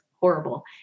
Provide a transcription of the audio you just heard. horrible